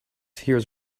hears